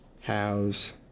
How's